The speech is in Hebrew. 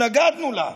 התנגדנו לה.